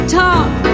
talk